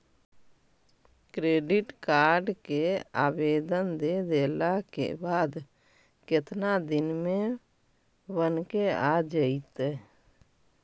Credit card के आवेदन दे देला के बाद केतना दिन में बनके आ जइतै?